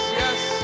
yes